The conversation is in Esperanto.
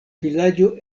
vilaĝo